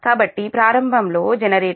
కాబట్టి ప్రారంభంలో generator Pmax